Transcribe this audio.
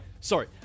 Sorry